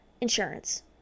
insurance